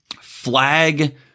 flag